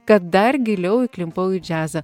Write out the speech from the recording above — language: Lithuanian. kad dar giliau įklimpau į džiazą